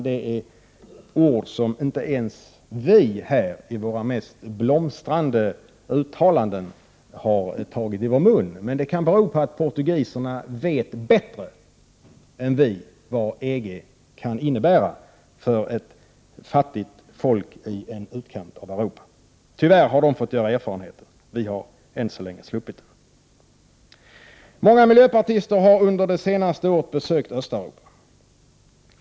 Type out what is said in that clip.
Det är ord som inte ens vi här i våra mest blomstrande uttalanden har tagit i vår mun. Men det kan bero på att portugiserna vet bättre än vi vad EG kan innebära för ett fattigt folk i en utkant av Europa. Tyvärr har de fått göra erfarenheterna. Vi har än så länge sluppit det. Många miljöpartister har under det senaste året besökt Östeuropa.